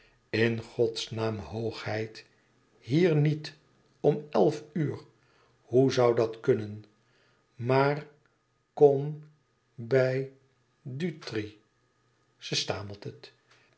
in godsnaam hoogheid hier niet om elf uur hoe zoû dat kunnen maar kom bij dutri ze stamelt het